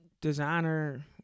designer